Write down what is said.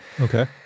Okay